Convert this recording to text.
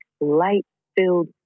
light-filled